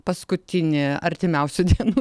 paskutinė artimiausių dienų